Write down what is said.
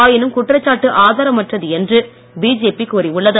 ஆயினும் இக்குற்றச்சாட்டு ஆதாரமற்றது என்று பிஜேபி கூறியுள்ளது